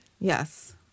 Yes